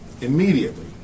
immediately